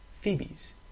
Phoebes